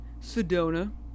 Sedona